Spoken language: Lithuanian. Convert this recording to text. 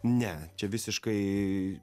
ne čia visiškai